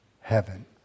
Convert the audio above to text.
heaven